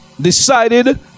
decided